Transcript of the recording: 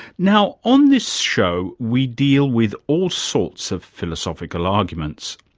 now, on this show we deal with all sorts of philosophical arguments,